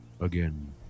again